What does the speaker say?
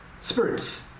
spirits